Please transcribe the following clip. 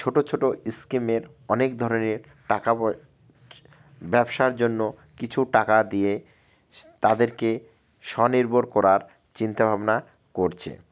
ছোটো ছোটো স্কিমের অনেক ধরনের টাকা পয় ব্যবসার জন্য কিছু টাকা দিয়ে তাদেরকে স্বনির্ভর করার চিন্তাভাবনা করছে